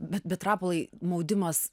bet bet rapolai maudimas